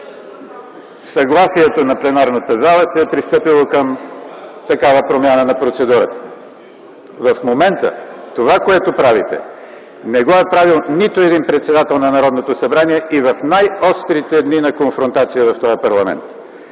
съгласието на пленарната зала се е пристъпило към такава промяна на процедурата. В момента това, което правите, не го е правил нито един председател на Народното събрание и в най-острите дни на конфронтация в този парламент.